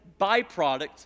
byproduct